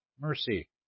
mercy